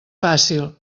fàcil